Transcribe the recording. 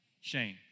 Shame